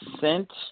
sent